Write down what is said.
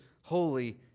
holy